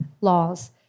laws